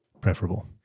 preferable